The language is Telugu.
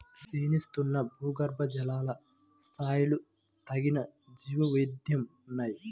క్షీణిస్తున్న భూగర్భజల స్థాయిలు తగ్గిన జీవవైవిధ్యం ఉన్నాయి